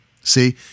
See